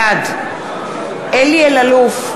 בעד אלי אלאלוף,